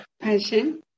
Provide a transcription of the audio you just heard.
Passion